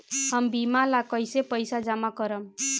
हम बीमा ला कईसे पईसा जमा करम?